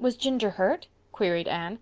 was ginger hurt? queried anne.